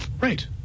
Right